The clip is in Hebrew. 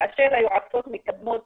כאשר היועצות מקדמות